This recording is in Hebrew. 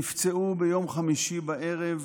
נפצעו ביום חמישי בערב